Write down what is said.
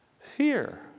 Fear